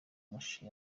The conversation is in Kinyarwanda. amashusho